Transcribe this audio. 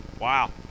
Wow